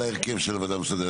שהשותף שלה אוהב לעשות כדי להראות,